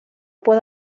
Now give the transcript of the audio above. puedo